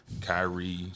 Kyrie